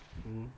mm